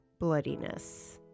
bloodiness